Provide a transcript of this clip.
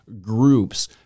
groups